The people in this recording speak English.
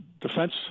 Defense